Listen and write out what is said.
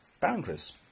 boundaries